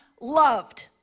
loved